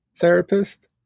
therapist